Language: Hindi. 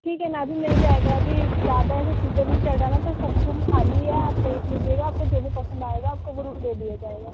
ठीक है ना अभी मिल जाएगा अभी ज़्यादा ऐसे सीजन नहीं चल रहा ना तो सब रूम खाली है आप देख लीजिएगा आपको जो भी पसंद आएगा आपको वह रूम दे दिया जाएगा